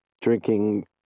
drinking